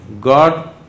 God